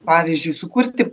pavyzdžiui sukurti